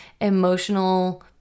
emotional